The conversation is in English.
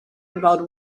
about